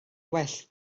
well